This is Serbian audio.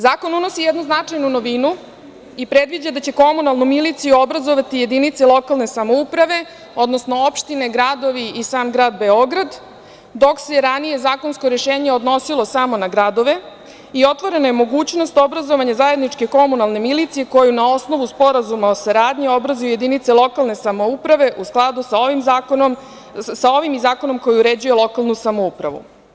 Zakon unosi jednu značajnu novinu i predviđa da će komunalnu miliciju obrazovati jedinice lokalne samouprave, odnosno opštine, gradovi i sam grad Beograd, dok se ranije zakonsko rešenje odnosilo samo na gradove i otvorena je mogućnost obrazovanja zajedničke komunalne milicije koju, na osnovu sporazuma o saradnji, obrazuju jedinice lokalne samouprave u skladu sa ovim i zakonom koji uređuje lokalnu samoupravu.